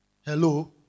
Hello